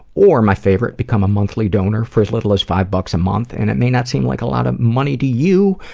or my favorite become a monthly donor for as little as five bucks a month and it may not seem like a lot of money to you,